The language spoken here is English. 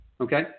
Okay